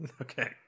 Okay